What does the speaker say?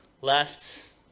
last